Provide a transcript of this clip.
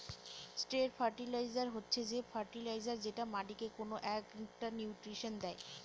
straight fertiliser হচ্ছে যে fertiliser যেটা মাটিকে কোনো একটা নিউট্রিশন দেয়